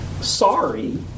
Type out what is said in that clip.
Sorry